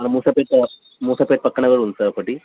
మూసాపేట మూసాపేట పక్కన కూడా ఉంది సార్ ఒకటి